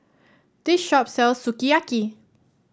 this shop sells Sukiyaki